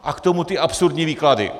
A k tomu ty absurdní výklady.